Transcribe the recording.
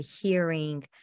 hearing